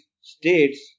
states